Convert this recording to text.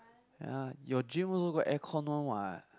ya your gym also got aircon one what